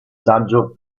saggio